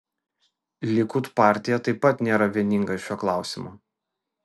likud partija taip pat nėra vieninga šiuo klausimu